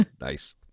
Nice